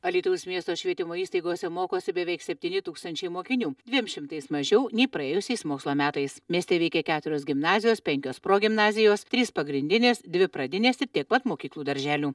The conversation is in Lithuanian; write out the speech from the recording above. alytaus miesto švietimo įstaigose mokosi beveik septyni tūkstančiai mokinių dviem šimtais mažiau nei praėjusiais mokslo metais mieste veikė keturios gimnazijos penkios progimnazijos trys pagrindinės dvi pradinės ir tiek pat mokyklų darželių